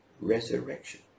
resurrection